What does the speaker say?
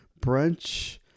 brunch